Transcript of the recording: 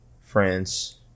France